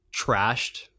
trashed